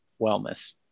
wellness